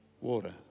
water